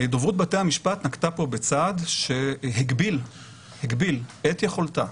דוברות בתי המשפט נקטה פה בצעד שהגביל את יכולתה